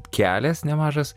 kelias nemažas